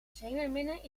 zeemeerminnen